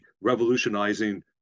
revolutionizing